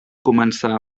començar